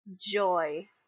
joy